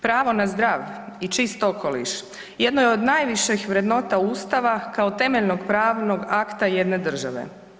Pravo na zdrav i čist okoliš jedno je od najviših vrednota Ustava kao temeljnog pravnog akta jedne države.